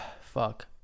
fuck